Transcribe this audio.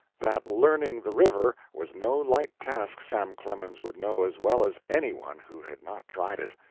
that learning the river was no light task sam clemens would know as well as any one who had not tried it.